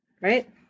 Right